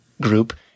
group